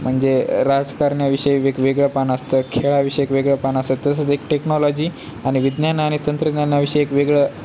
म्हणजे राजकारणाविषयी वग वेगळं पान असतं खेळाविषयी एक वेगळं पान असतं तसंच एक टेक्नोलॉजी आणि विज्ञान आणि तंत्रज्ञानाविषयी एक वेगळं